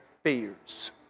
fears